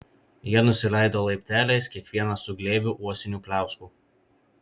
jie nusileido laipteliais kiekvienas su glėbiu uosinių pliauskų